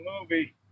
movie